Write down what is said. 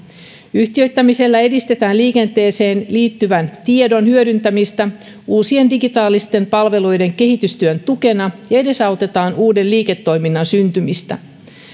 yhtiöittämisellä edistetään liikenteeseen liittyvän tiedon hyödyntämistä uusien digitaalisten palveluiden kehitystyön tukena ja edesautetaan uuden liiketoiminnan syntymistä